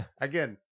again